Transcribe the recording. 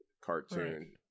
cartoon